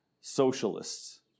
socialists